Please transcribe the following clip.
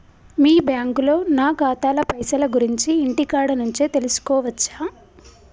మీ బ్యాంకులో నా ఖాతాల పైసల గురించి ఇంటికాడ నుంచే తెలుసుకోవచ్చా?